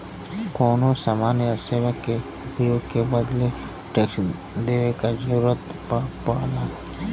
कउनो समान या सेवा के उपभोग के बदले टैक्स देवे क जरुरत पड़ला